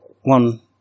one